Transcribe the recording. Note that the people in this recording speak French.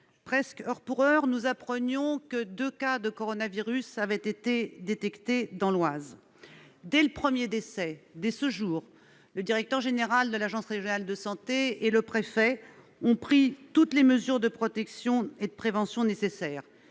presque heure pour heure, nous apprenions que deux cas de coronavirus avaient été détectés dans l'Oise. Dès le premier décès, le directeur général de l'agence régionale de santé et le préfet ont pris toutes les mesures de protection et de prévention nécessaires